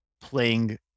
playing